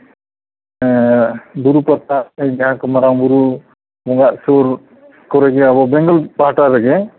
ᱵᱩᱨᱩ ᱯᱟᱛᱟ ᱥᱮᱱ ᱡᱟᱦᱟᱸ ᱠᱚ ᱢᱟᱨᱟᱝ ᱵᱳᱨᱳ ᱵᱚᱸᱜᱟᱜ ᱥᱩᱨ ᱠᱚᱨᱮ ᱜᱮ ᱟᱵᱚ ᱵᱮᱝᱜᱚᱞ ᱯᱟᱦᱴᱟ ᱨᱮᱜᱮ